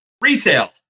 Retail